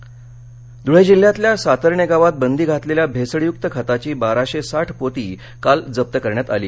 भेसळ्यक्त खत धळे ध्रळे जिल्ह्यातल्या सातरणे गावात बंदी घातलेल्या भेसळयुक्त खताची बाराशे साठ पोती काल जप्त करण्यात आली